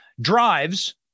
drives